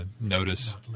notice